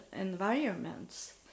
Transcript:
environments